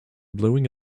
blowing